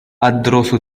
أدرس